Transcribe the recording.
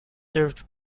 served